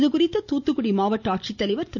இதுகுறித்து மாவட்ட ஆட்சித்தலைவர் திரு